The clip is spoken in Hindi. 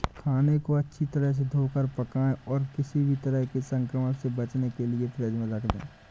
खाने को अच्छी तरह से धोकर पकाएं और किसी भी तरह के संक्रमण से बचने के लिए फ्रिज में रख दें